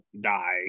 die